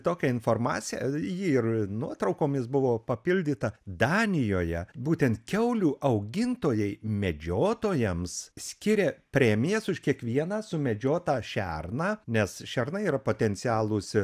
tokią informaciją ji ir nuotraukomis buvo papildyta danijoje būtent kiaulių augintojai medžiotojams skiria premijas už kiekvieną sumedžiotą šerną nes šernai yra potencialūs